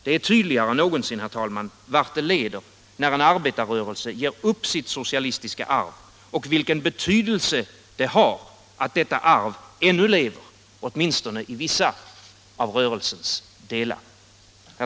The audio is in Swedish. Det är tydligare än någonsin, herr talman, vad det leder till när en arbetarrörelse ger upp sitt socialistiska arv, och vilken betydelse det har att detta arv ännu lever åtminstone i vissa av rörelsens delar.